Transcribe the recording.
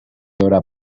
haurà